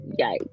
yikes